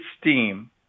steam